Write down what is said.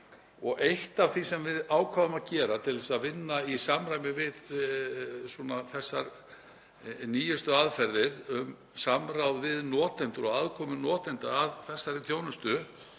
Eitt af því sem við ákváðum að gera til að vinna í samræmi við þessar nýjustu aðferðir um samráð við notendur og aðkomu notenda að þessari þjónustu